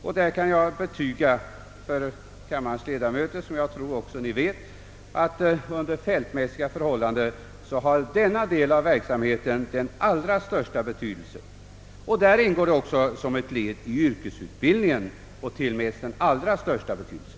Jag kan betyga för kammarens ledamöter att — vilket de kanske redan vet — under fältmässiga förhållanden denna del av den militära verksamheten har det allra största värde. På detta område ingår hemkunskap — eller inre tjänst som det heter på militärspråk — som ett led i yrkes utbildningen och tillmäts den allra största betydelse.